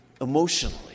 emotionally